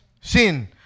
Sin